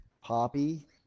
poppy